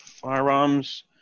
firearms